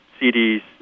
CDs